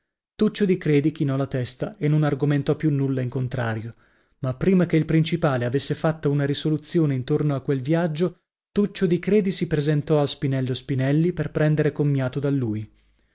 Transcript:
tuccio di credi chinò la testa e non argomentò più nulla in contrario ma prima che il principale avesse fatta una risoluzione intorno a quel viaggio tuccio di credi si presentò a spinello spinelli per prendere commiato da lui